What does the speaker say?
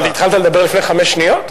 התחלת לדבר לפני חמש שניות?